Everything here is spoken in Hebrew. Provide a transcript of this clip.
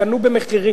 קנו במחירים,